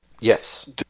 Yes